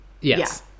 Yes